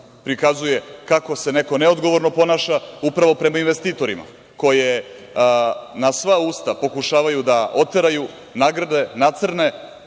prikazuje kako se neko neodgovorno ponaša upravo prema investitorima, koje na sva usta pokušavaju da oteraju, nagrde,